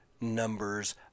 numbers